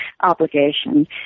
obligation